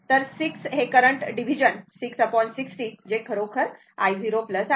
तर 6 current division 6 60 जे खरोखर i 0 आहे